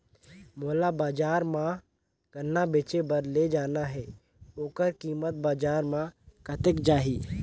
मोला बजार मां गन्ना बेचे बार ले जाना हे ओकर कीमत बजार मां कतेक जाही?